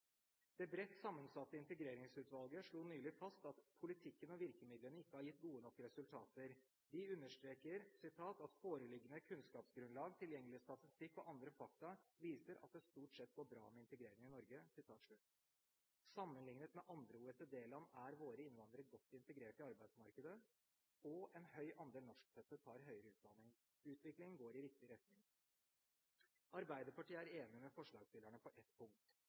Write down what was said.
Det bredt sammensatte Inkluderingsutvalget slo nylig fast at «politikken og virkemidlene ikke har gitt gode nok resultater». De understreker at «foreliggende kunnskapsgrunnlag, tilgjengelig statistikk og andre fakta viser at det i stort går bra med integreringen i Norge». Sammenliknet med andre OECD-land er våre innvandrere godt integrert i arbeidsmarkedet, og en høy andel norskfødte tar høyere utdanning. Utviklingen går i riktig retning. Arbeiderpartiet er enig med forslagsstillerne på ett punkt: